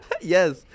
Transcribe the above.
Yes